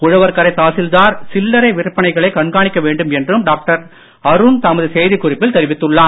உழவர்கரை தாசில்தார் சில்லறை விற்பனைகளை கண்காணிக்க வேண்டும் என்றும் டாக்டர் அருண் தமது செய்திக் குறிப்பில் தெரிவித்துள்ளார்